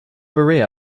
berea